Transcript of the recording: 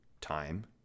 time